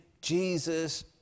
Jesus